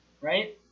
Right